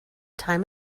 time